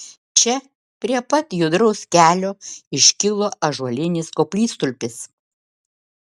čia prie pat judraus kelio iškilo ąžuolinis koplytstulpis